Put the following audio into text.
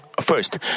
First